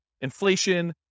inflation